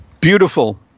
Beautiful